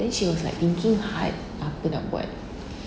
then she was like thinking hype apa nak buat